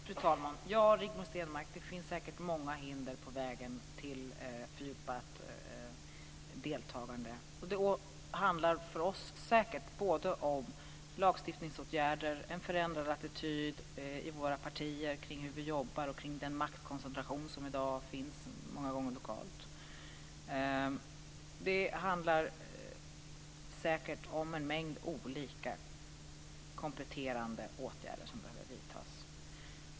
Fru talman! Ja, Rigmor Stenmark, det finns säkert många hinder på vägen till fördjupat deltagande. För oss handlar det säkert både om lagstiftningsåtgärder och om en förändrad attityd i våra partier kring hur vi jobbar och kring den maktkoncentration som i dag många gånger finns lokalt. Det handlar säkert om en mängd olika kompletterande åtgärder som behöver vidtas.